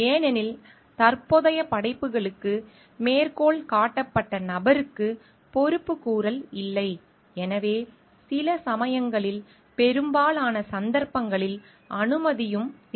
ஏனெனில் தற்போதைய படைப்புகளுக்கு மேற்கோள் காட்டப்பட்ட நபருக்கு பொறுப்புக்கூறல் இல்லை எனவே சில சமயங்களில் பெரும்பாலான சந்தர்ப்பங்களில் அனுமதியும் தேவையில்லை